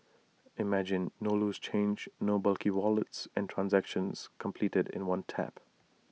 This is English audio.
imagine no loose change no bulky wallets and transactions completed in one tap